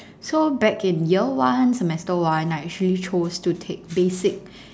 so back in year one semester one I actually chose to take basic